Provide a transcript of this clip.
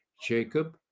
Jacob